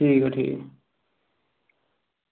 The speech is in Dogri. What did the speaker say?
ठीक ऐ ठीक ऐ